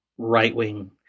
Right-wing